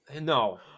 No